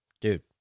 dude